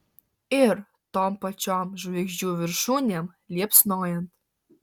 ir tom pačiom žvaigždžių viršūnėm liepsnojant